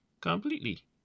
completely